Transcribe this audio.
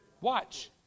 Watch